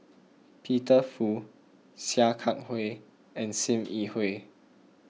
Peter Fu Sia Kah Hui and Sim Yi Hui